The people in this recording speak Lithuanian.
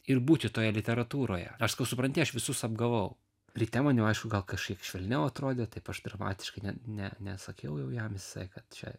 ir būti toje literatūroje aš sakau supranti aš visus apgavau ryte man jau aišku gal kažkaip švelniau atrodė taip aš dramatiškai ne ne neatsakiau jau jam jisai kad čia